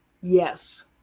Yes